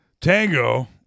Tango